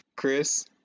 Chris